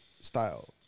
style